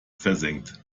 versenkt